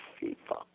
People